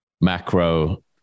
macro